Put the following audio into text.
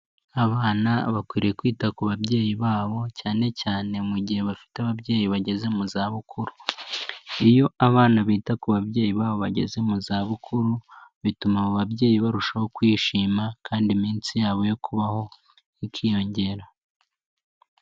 Abana bakwiye kwita ku babyeyi babo cyanecyane mu gihe bafite ababyeyi bageze mu zabukuru, iyo abana bita ku babyeyi babo bageze mu zabukuru bituma abo babyeyi barushaho kwishima kandi iminsi yabo yo kubaho ikiyongera.